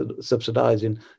subsidizing